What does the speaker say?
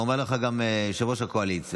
הינה, אומר לך גם יושב-ראש הקואליציה.